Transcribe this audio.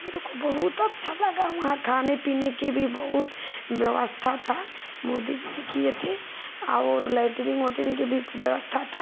मेरे को बहुत अच्छा लगा वहाँ खाने पीने की भी बहुत व्यवस्थी थी मोदी जी भी किए थे और लैटरिन उटरिन की भी व्यवस्था थी